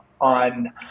on